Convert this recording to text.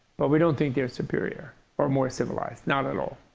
but we don't think they're superior or more civilized, not at all.